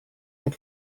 had